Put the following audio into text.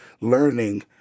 learning